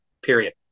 period